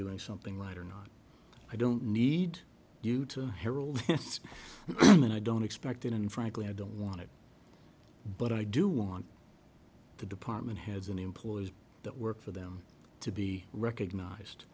doing something right or not i don't need you to herald and i don't expect it and frankly i don't want to but i do want the department heads and employees that work for them to be recognized